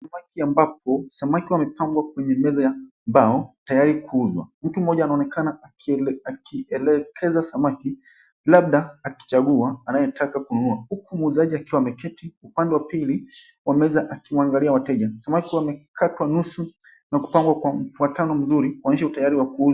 Samaki ambapo samaki wamepangwa kwenye meza ya mbao tayari kuuzwa. Mtu mmoja anaonekana akielekeza samaki labda akichagua anaetaka kununua huku muuzaji akiwa ameketi upande wa pili wa meza akiwaangalia wateja. Samaki wamekatwa nusu na kupangwa kwa mfuatano mzuri kuonyesha utayari wa kuuzwa.